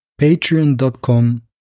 Patreon.com